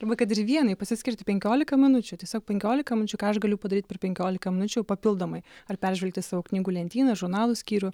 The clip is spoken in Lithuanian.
arba kad ir vienai pasiskirti penkiolika minučių tiesiog penkiolika minučių ką aš galiu padaryt per penkiolika minučių papildomai ar peržvelgti savo knygų lentyną žurnalų skyrių